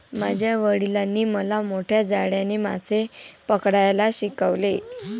माझ्या वडिलांनी मला मोठ्या जाळ्याने मासे पकडायला शिकवले